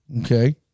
Okay